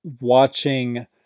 watching